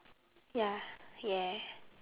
ya yeah